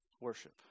worship